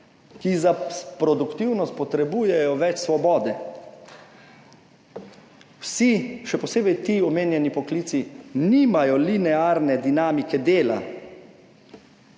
ki za produktivnost potrebujejo več svobode. Vsi, še posebej ti omenjeni poklici, nimajo linearne dinamike dela,